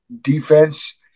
defense